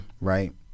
right